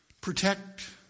protect